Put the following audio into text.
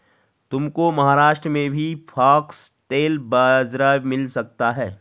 तुमको महाराष्ट्र में भी फॉक्सटेल बाजरा मिल सकता है